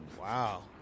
wow